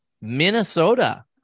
Minnesota